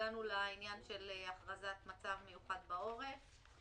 הגענו לעניין של הכרזת מצב מיוחד בעורף.